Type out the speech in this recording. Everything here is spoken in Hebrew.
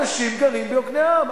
אנשים גרים ביוקנעם,